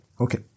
Okay